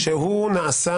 -- שהוא נעשה